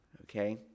okay